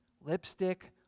Lipstick